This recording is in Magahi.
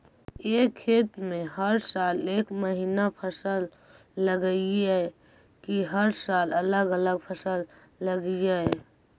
एक खेत में हर साल एक महिना फसल लगगियै कि हर साल अलग अलग फसल लगियै?